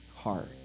heart